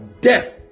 death